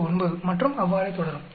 009 மற்றும் அவ்வாறே தொடரும்